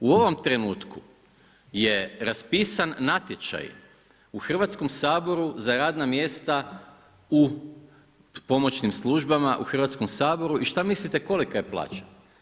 U ovom trenutku je raspisan natječaj u Hrvatskom saboru za radna mjesta u pomoćnim službama u Hrvatskom saboru i šta mislite koliko je plaća?